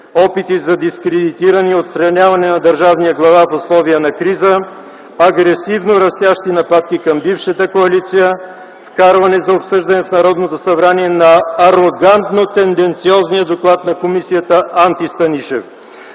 опити за дискредитиране и отстраняване на държавния глава в условия на криза, агресивно растящи нападки към бившата коалиция, вкарване за обсъждане в Народното събрание на арогантно тенденциозния доклад на комисията „Анти-Станишев”.